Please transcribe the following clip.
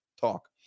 talk